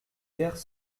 vers